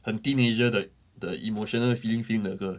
很 teenager 的的 emotional feeling feeling 的歌